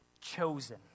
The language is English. chosen